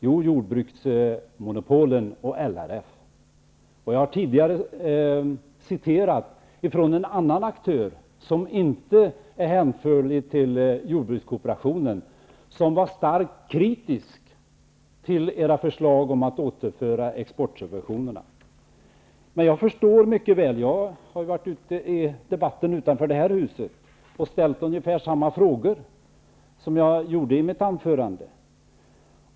Jo, jordbruksmonopolen och LRF. Jag har tidigare citerat en annan aktör, som inte är hänförlig till jordbrukskooperationen och som var starkt kritisk mot era förslag om att återinföra exportsubventionerna. Jag förstår mycket väl. Jag har deltagit i debatten utanför det här huset och ställt ungefär samma frågor som jag gjorde i mitt anförande.